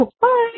Bye